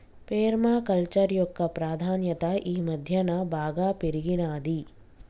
పేర్మ culture యొక్క ప్రాధాన్యత ఈ మధ్యన బాగా పెరిగినాది